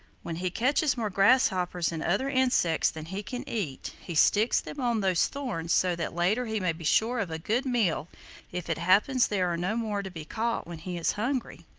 when he catches more grasshoppers and other insects than he can eat, he sticks them on those thorns so that later he may be sure of a good meal if it happens there are no more to be caught when he is hungry.